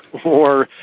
or,